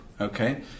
Okay